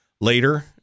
Later